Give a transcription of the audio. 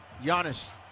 Giannis